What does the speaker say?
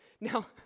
Now